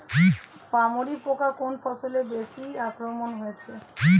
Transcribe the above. পামরি পোকা কোন ফসলে বেশি আক্রমণ হয়েছে?